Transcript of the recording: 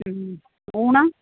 ഊണ്